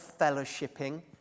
fellowshipping